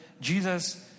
Jesus